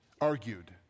argued